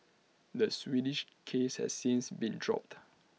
the Swedish case has since been dropped